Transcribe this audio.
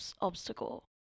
obstacle